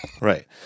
Right